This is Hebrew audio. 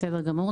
בסדר גמור.